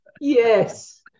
Yes